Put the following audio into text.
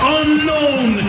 unknown